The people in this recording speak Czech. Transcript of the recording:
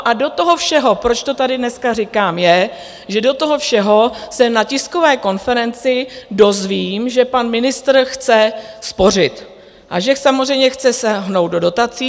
A do toho všeho proč to tady dneska říkám, je, že do toho všeho se na tiskové konferenci dozvím, že pan ministr chce spořit a že samozřejmě chce sáhnout do dotací.